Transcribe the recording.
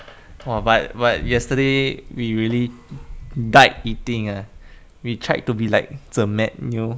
!wah! but but yesterday we really died eating ah we tried to be like zermatt neo